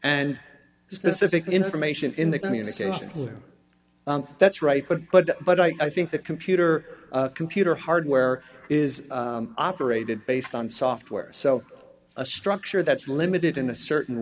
and specific information in the communications that's right but but but i think the computer computer hardware is operated based on software so a structure that's limited in a certain